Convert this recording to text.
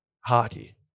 hockey